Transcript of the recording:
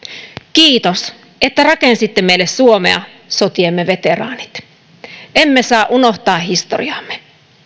kiitos että rakensitte meille suomea sotiemme veteraanit emme saa unohtaa historiaamme